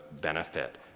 benefit